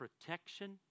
protection